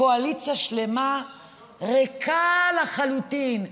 קואליציה שלמה ריקה לחלוטין.